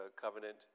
covenant